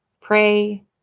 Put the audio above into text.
pray